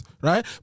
right